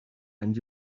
and